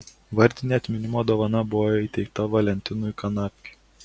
vardinė atminimo dovana buvo įteikta valentinui kanapkiui